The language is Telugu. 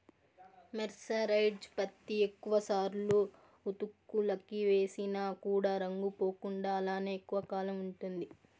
మెర్సరైజ్డ్ పత్తి ఎక్కువ సార్లు ఉతుకులకి వేసిన కూడా రంగు పోకుండా అలానే ఎక్కువ కాలం ఉంటుంది